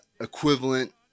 equivalent